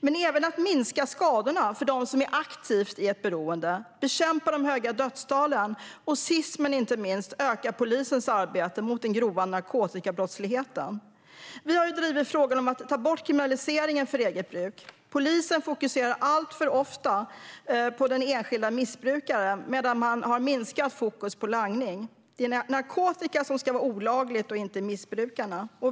Men vi vill även minska skadorna för dem som är aktiva i sitt beroende, bekämpa de höga dödstalen och sist men inte minst öka polisens arbete mot den grova narkotikabrottsligheten. Vi har ju drivit frågan om att ta bort kriminaliseringen för eget bruk. Polisen fokuserar alltför ofta på den enskilda missbrukaren medan man har minskat fokus på langningen. Det är narkotikan som ska vara olaglig och inte missbrukarna.